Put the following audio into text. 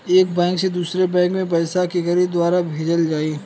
एक बैंक से दूसरे बैंक मे पैसा केकरे द्वारा भेजल जाई?